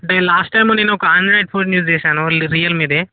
అంటే last time నేను ఒక ఆండ్రాయిడ్ ఫోన్ యూజ్ చేశాను రియల్మీదే